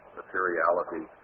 materiality